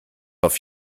auf